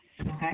Okay